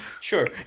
Sure